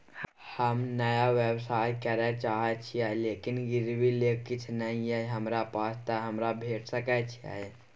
हम नया व्यवसाय करै चाहे छिये लेकिन गिरवी ले किछ नय ये हमरा पास त हमरा भेट सकै छै?